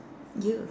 !eeyer!